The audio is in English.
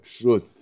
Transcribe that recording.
truth